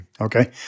Okay